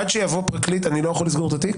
עד שיבוא פרקליט אני לא יכול לסגור את התיק?